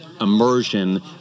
immersion